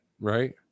right